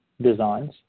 designs